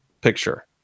picture